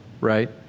right